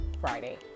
Friday